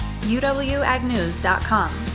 UWAGnews.com